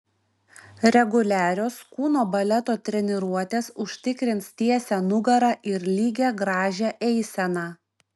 reguliarios kūno baleto treniruotės užtikrins tiesią nugarą ir lygią gražią eiseną